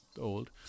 old